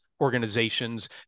organizations